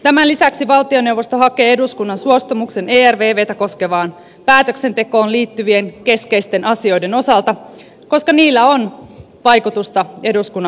tämän lisäksi valtioneuvosto hakee eduskunnan suostumuksen ervvtä koskevaan päätöksentekoon liittyvien keskeisten asioiden osalta koska niillä on vaikutusta eduskunnan budjettivaltaan